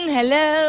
Hello